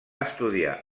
estudiar